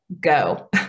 go